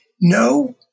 no